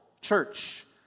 church